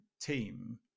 team